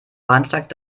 bahnsteig